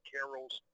Carol's